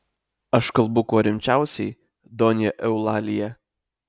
aš kalbu kuo rimčiausiai donja eulalija